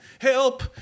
Help